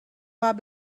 باید